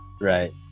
Right